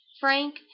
Frank